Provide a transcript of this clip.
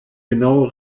genaue